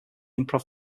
improv